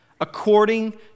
according